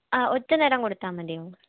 ആ ഒറ്റ നേരം കൊടുത്താൽ മതിയോ